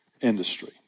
industry